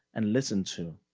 and listen to.